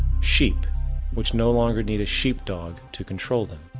sheep which no longer need a sheep-dog to control them.